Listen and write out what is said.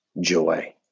joy